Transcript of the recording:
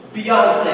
Beyonce